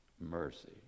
Mercy